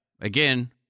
Again